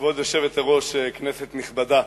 בצער רב על פטירת מורנו ורבנו